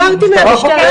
אבל שחררתי מהמשטרה.